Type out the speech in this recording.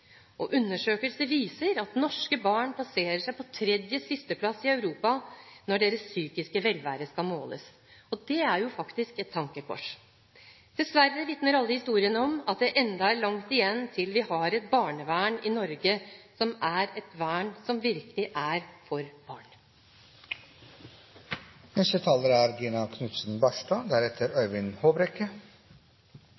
Undersøkelser viser at norske barn plasserer seg på tredje siste plass i Europa når deres psykiske velvære skal måles. Det er faktisk et tankekors. Dessverre vitner alle historiene om at det ennå er langt igjen til vi har et barnevern i Norge som virkelig er et vern for barn. Først vil jeg gjerne takke interpellanten for